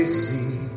see